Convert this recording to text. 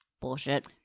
Bullshit